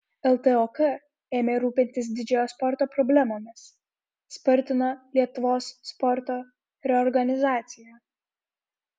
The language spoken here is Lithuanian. ltok ėmė rūpintis didžiojo sporto problemomis spartino lietuvos sporto reorganizaciją